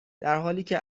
درحالیکه